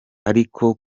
ariko